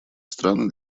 страны